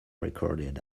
recorded